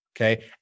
Okay